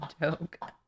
joke